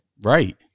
Right